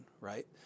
right